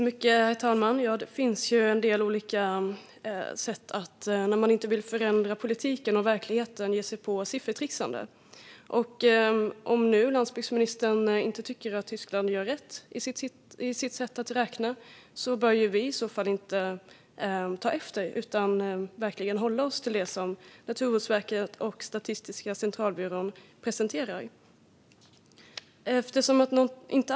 Herr talman! När man inte vill förändra politiken och verkligheten kan man ge sig in i siffertrixande. Om landsbygdsministern inte tycker att Tyskland gör rätt i sitt sätt att räkna bör ju inte vi ta efter utan hålla oss till det som Naturvårdsverket och Statistiska centralbyrån presenterar.